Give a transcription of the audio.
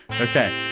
Okay